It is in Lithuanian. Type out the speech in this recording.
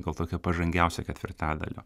gal tokio pažangiausio ketvirtadalio